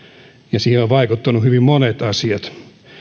ja siihen ovat vaikuttaneet hyvin monet asiat